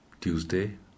Tuesday